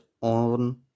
on